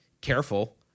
careful